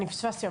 אני פספסתי,